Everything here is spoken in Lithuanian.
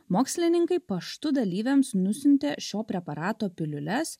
mokslininkai paštu dalyviams nusiuntė šio preparato piliules